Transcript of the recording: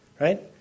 right